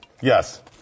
Yes